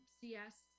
CS